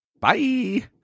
Bye